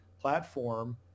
platform